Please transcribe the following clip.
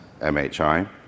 MHI